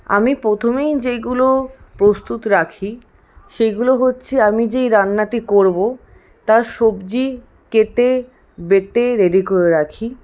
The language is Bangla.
আমি প্রথমেই যেইগুলো প্রস্তুত রাখি সেইগুলো হচ্ছে আমি যেই রান্নাটি করবো তার সবজি কেটে বেঁটে রেডি করে রাখি